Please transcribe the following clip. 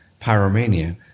Pyromania